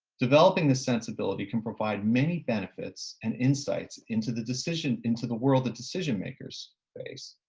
developing the sensibility can provide many benefits and insights into the decision into the world that decision makers face,